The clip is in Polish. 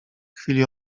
chwili